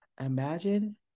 Imagine